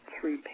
three